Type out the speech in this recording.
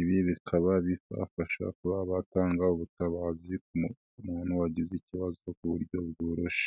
ibi bikaba bifasha kuba abatanga ubutabazi, ku umuntu wagize ikibazo ku buryo bworoshye.